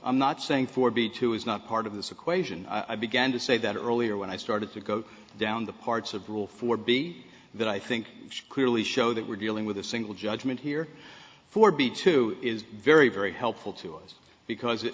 i'm not saying for b two is not part of this equation i began to say that earlier when i started to go down the parts of rule four big that i think clearly show that we're dealing with a single judgment here for b two is very very helpful to us because it